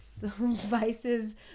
Vice's